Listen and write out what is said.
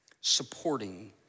supporting